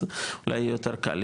אז אולי יהיה יותר קל,